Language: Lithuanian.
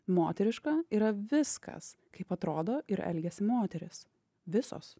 moteriška yra viskas kaip atrodo ir elgiasi moterys visos